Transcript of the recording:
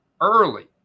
early